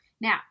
Now